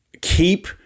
keep